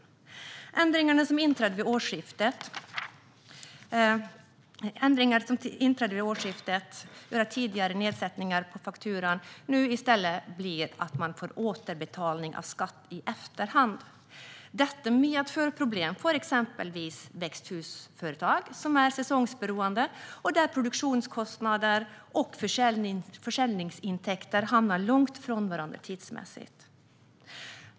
De ändringar som trädde i kraft vid årsskiftet gör att tidigare nedsättningar på fakturan nu i stället sker i form av återbetalning av skatt i efterhand. Detta medför problem för exempelvis växthusföretag, som är säsongsberoende och för vilka produktionskostnader och försäljningsintäkter hamnar långt ifrån varandra tidsmässigt.